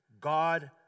God